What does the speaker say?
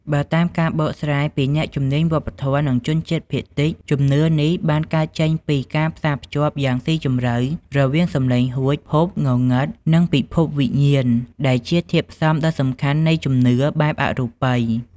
បើតាមការបកស្រាយពីអ្នកជំនាញវប្បធម៌ និងជនជាតិភាគតិច ជំនឿនេះបានកើតចេញពីការផ្សារភ្ជាប់យ៉ាងស៊ីជម្រៅរវាងសំឡេងហួច ភពងងឹត និងពិភពវិញ្ញាណ ដែលជាធាតុផ្សំដ៏សំខាន់នៃជំនឿបែបអរូបី។